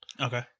Okay